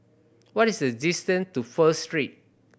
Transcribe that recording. what is the distance to First Street